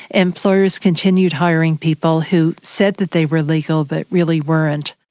employers continued hiring people who said that they were legal but really weren't.